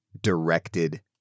directed